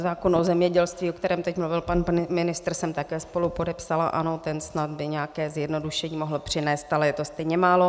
Zákon o zemědělství, o kterém teď mluvil pan ministr, jsem také spolupodepsala, ano, ten by snad nějaké zjednodušení mohl přinést, ale je to stejně málo.